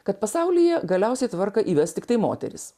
kad pasaulyje galiausiai tvarką įves tiktai moterys